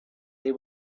they